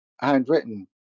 handwritten